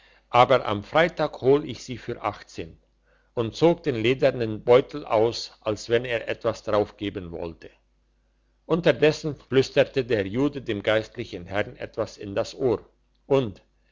aber am freitag hol ich sie für achtzehn und zog den ledernen beutel aus als wenn er etwas draufgeben wollte unterdessen flüsterte der jude dem geistlichen herrn etwas in das ohr und